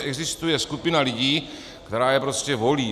Existuje skupina lidí, kteří je prostě volí.